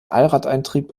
allradantrieb